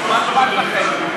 משרד ראש הממשלה,